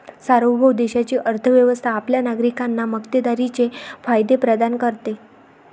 सार्वभौम देशाची अर्थ व्यवस्था आपल्या नागरिकांना मक्तेदारीचे फायदे प्रदान करते